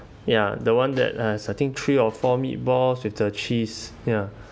ya the one that has I think three or four meatballs with the cheese ya